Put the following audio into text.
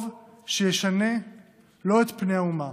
טוב שישנה לא את פני האומה